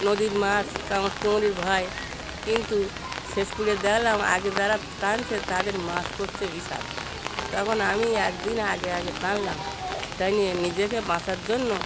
নদীর মাছ কুমিরের ভয় কিন্তু শেষ পর্যন্ত দেলাম আগে যারা টানছে তাদের মাছ পড়ছে বিশাল তখন আমি একদিন আগে আগে টানলাম টেনে নিজেকে বাঁচার জন্য